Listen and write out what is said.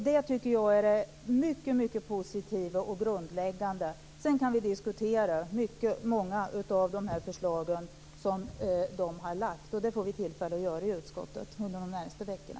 Det tycker jag är mycket positivt och grundläggande. Sedan kan vi diskutera många av de förslag som de har lagt fram, och det får vi tillfälle att göra i utskottet under de närmaste veckorna.